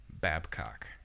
Babcock